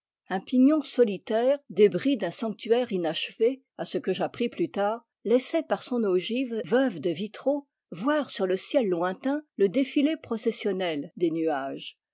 un pignon solitaire débris d'un sanctuaire inachevé à ce que j'appris plus tard laissait par son ogive veuve de vitraux voir sur le ciel lointain le défilé processionnel des nuages